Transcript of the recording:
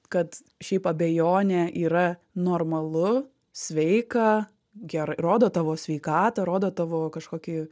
kad šiaip abejonė yra normalu sveika ger rodo tavo sveikatą rodo tavo kažkokį